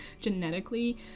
genetically